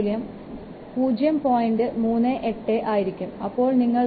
38 ആയിരിക്കും അപ്പോൾ നിങ്ങൾക്ക് 8